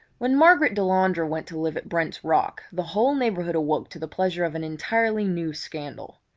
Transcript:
when margaret delandre went to live at brent's rock the whole neighbourhood awoke to the pleasure of an entirely new scandal.